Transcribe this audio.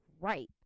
Right